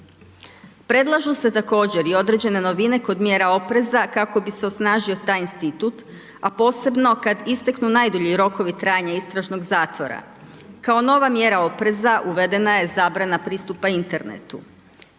Predlažu se također i određene novine kod mjera opreza kako bi se osnažio taj institut a posebno kad isteknu najdulji rokovi trajanja istražnog zatvora. Kao nova mjera opreza uvedena je zabrana pristupa internetu.